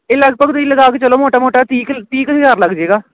ਇਹ ਲਗਭਗ ਤੁਸੀਂ ਲਗਾ ਕੇ ਚਲੋ ਮੋਟਾ ਮੋਟਾ ਤੀਹ ਕੁ ਤੀਹ ਕੁ ਹਜ਼ਾਰ ਲੱਗ ਜਾਏਗਾ